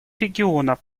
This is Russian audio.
регионов